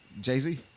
Jay-Z